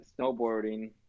snowboarding